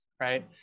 right